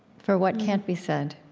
for what can't be said